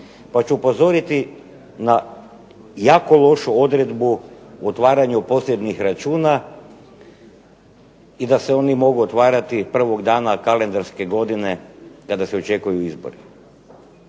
pa ću upozoriti na jako lošu odredbu otvaranju posebnih računa i da se oni mogu otvarati prvog dana kalendarske godine kada se očekuju izbori.